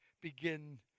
begin